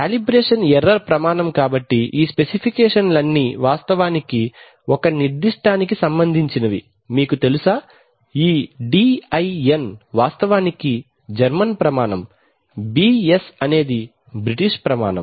calibration error ప్రమాణం కాబట్టి ఈ స్పెసిఫికేషన్లన్నీ వాస్తవానికి ఒక నిర్దిష్టానికి సంబంధించినవి మీకు తెలుసా ఈ డిఐఎన్ వాస్తవానికి జర్మన్ ప్రమాణం బిఎస్ అనేది బ్రిటిష్ ప్రమాణం